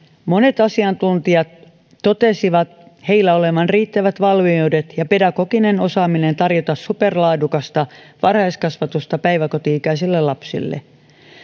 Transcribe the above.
monet asiantuntijat totesivat heillä olevan riittävät valmiudet ja pedagoginen osaaminen tarjota superlaadukasta varhaiskasvatusta päiväkoti ikäisille lapsille